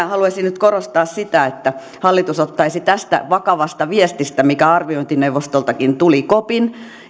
haluaisin nyt korostaa sitä että hallitus ottaisi tästä vakavasta viestistä mikä arviointineuvostoltakin tuli kopin